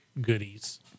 goodies